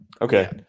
Okay